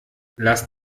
lass